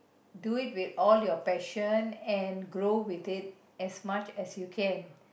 do it with all your passion and grow with it as much as you can